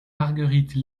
marguerite